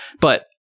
But-